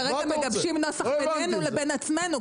אנחנו כרגע מגבשים נוסח בינינו לבין עצמנו.